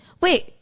Wait